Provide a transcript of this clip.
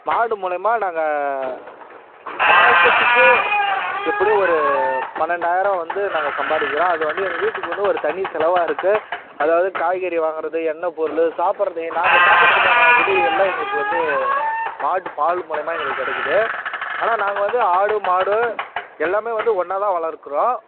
மாடு மூலியமாக நாங்கள் மாதத்துக்கு எப்படியும் ஒரு பன்னெண்டாயிரம் வந்து நாங்கள் சம்பாதிக்கிறோம் அது வந்து எங்கள் வீட்டுக்கு வந்து ஒரு தனி செலவாக இருக்கு அதாவது காய்கறி வாங்குறது எண்ணெய் பொருள் சாப்பிட்றதுக்கு நாங்கள் சாப்பிட்றதுக்கான உதவி எல்லாம் எங்களுக்கு வந்து மாட்டு பால் மூலியமாக எங்களுக்கு கிடைக்கிது ஆனால் நாங்கள் வந்து ஆடு மாடு எல்லாம் வந்து ஒன்னாக தான் வளர்க்கிறோம்